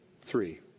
Three